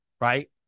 right